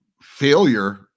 failure